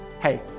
Hey